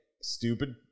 stupid